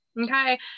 Okay